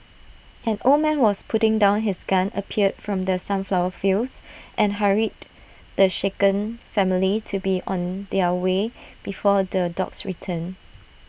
an old man was putting down his gun appeared from the sunflower fields and hurried the shaken family to be on their way before the dogs return